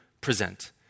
present